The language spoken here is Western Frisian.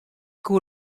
koe